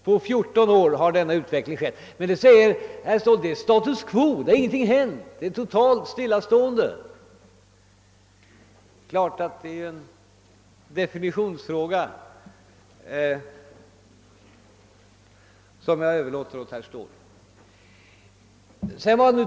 På bara 14 år har denna utveckling skett! Nu säger herr Ståhl att det har rått status quo, att ingenting har hänt, utan att det har varit ett totalt stillastående. Det är klart att det här gäller en definitionsfråga som jag överlåter åt herr Ståhl att fundera på.